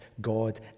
God